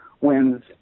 wins